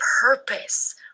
purpose